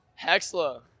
Hexla